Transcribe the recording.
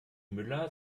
müller